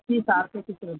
तीन साल की किस्त है